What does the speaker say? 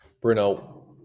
Bruno